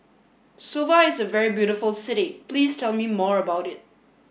Suva is a very beautiful city please tell me more about it